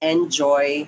Enjoy